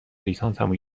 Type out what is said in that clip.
لیسانسمو